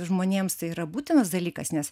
žmonėms tai yra būtinas dalykas nes